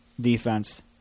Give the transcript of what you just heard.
defense